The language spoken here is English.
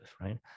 right